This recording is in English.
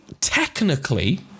technically